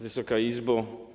Wysoka Izbo!